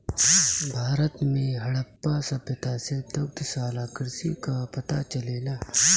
भारत में हड़प्पा सभ्यता से दुग्धशाला कृषि कअ पता चलेला